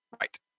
Right